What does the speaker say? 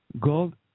Gold